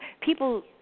people